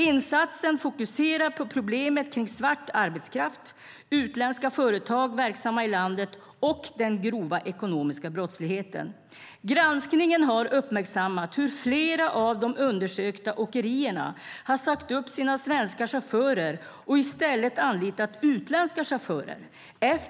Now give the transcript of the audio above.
Insatsen fokuserar på problematiken kring svart arbetskraft, utländska företag verksamma i landet och den grova ekonomiska brottsligheten. Enligt Skatteverket har myndigheten i denna granskning uppmärksammat hur flera av de undersökta åkerierna har sagt upp sina svenska chaufförer och i stället anlitat utländska chaufförer.